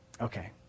Okay